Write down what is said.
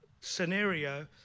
scenario